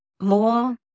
more